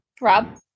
Rob